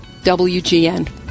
WGN